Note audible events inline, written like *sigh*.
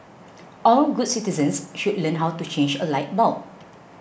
*noise* all good citizens should learn how to change a light bulb